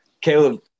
Caleb